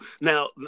now